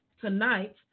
tonight